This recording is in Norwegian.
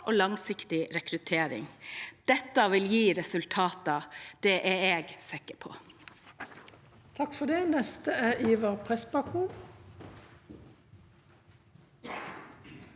og langsiktig rekruttering. Dette vil gi resultater. Det er jeg sikker på.